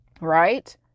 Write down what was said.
right